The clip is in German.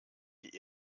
die